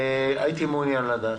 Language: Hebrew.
הייתי מעוניין לדעת.